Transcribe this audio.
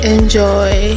Enjoy